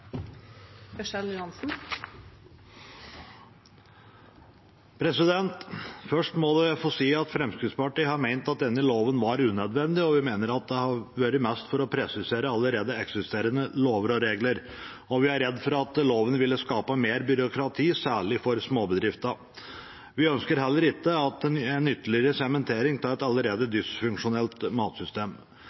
Først må jeg få si at Fremskrittspartiet har ment at denne loven var unødvendig, og vi mener at det har vært mest for å presisere allerede eksisterende lover og regler. Vi er redd for at loven vil skape mer byråkrati, særlig for småbedriftene. Vi ønsker heller ikke en ytterligere sementering av et allerede dysfunksjonelt matsystem.